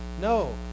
No